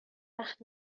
وقت